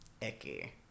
icky